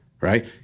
right